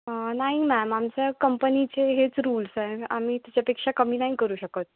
नाही मॅम आमच्या कंपनीचे हेच रुल्स आहे आम्ही तिच्यापेक्षा कमी नाही करू शकत